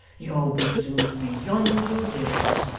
your wisdom is beyond your years.